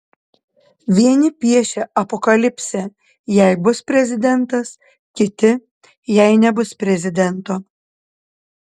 vieni piešia apokalipsę jei bus prezidentas kiti jei nebus prezidento